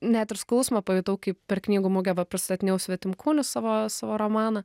net ir skausmą pajutau kaip per knygų mugę va pristatinėjau svetimkūnius savo savo romaną